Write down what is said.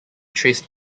traced